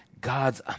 God's